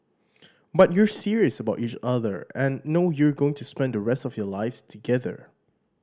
but you're serious about each other and know you're going to spend the rest of your lives together